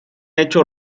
hecho